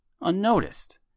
unnoticed